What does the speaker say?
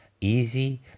easy